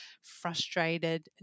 frustrated